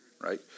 Right